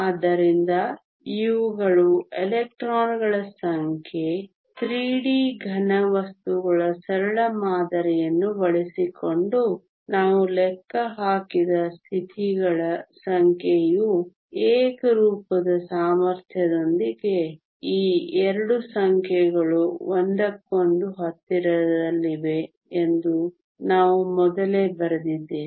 ಆದ್ದರಿಂದ ಇವುಗಳು ಎಲೆಕ್ಟ್ರಾನ್ಗಳ ಸಂಖ್ಯೆ 3D ಘನವಸ್ತುಗಳ ಸರಳ ಮಾದರಿಯನ್ನು ಬಳಸಿಕೊಂಡು ನಾವು ಲೆಕ್ಕ ಹಾಕಿದ ಸ್ಥಿತಿಗಳ ಸಂಖ್ಯೆಯು ಏಕರೂಪದ ಸಾಮರ್ಥ್ಯದೊಂದಿಗೆ ಈ 2 ಸಂಖ್ಯೆಗಳು ಒಂದಕ್ಕೊಂದು ಹತ್ತಿರದಲ್ಲಿವೆ ಎಂದು ನಾವು ಮೊದಲೇ ಬರೆದಿದ್ದೇವೆ